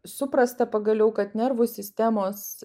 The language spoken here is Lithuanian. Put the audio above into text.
suprasta pagaliau kad nervų sistemos